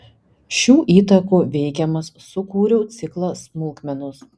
šių įtakų veikiamas sukūriau ciklą smulkmenos